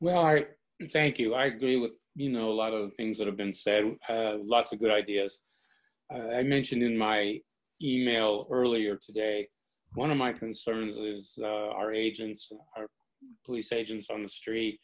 well i thank you i agree with you know a lot of things that have been said lots of good ideas i mentioned in my email earlier today one of my concerns is our agents our police agents on the street